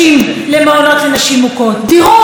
דירות שיהיה בהן סיוע וטיפול,